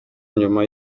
nyuma